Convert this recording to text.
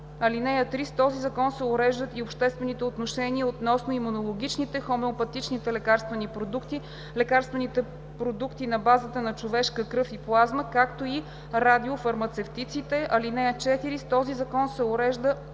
(3) С този закон се уреждат и обществените отношения относно имунологичните, хомеопатичните лекарствени продукти, лекарствените продукти на базата на човешка кръв и плазма, както и радиофармацевтиците. (4) С този закон се урежда